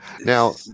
Now